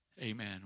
amen